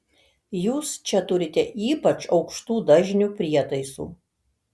jūs čia turite ypač aukštų dažnių prietaisų